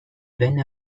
venne